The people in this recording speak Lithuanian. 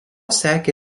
sekė